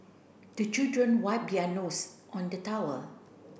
the children wipe their nose on the towel